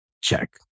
Check